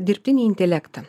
dirbtinį intelektą